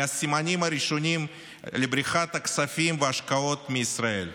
מהסימנים הראשונים לבריחת הכספים וההשקעות מישראל.